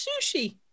sushi